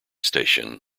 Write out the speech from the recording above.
station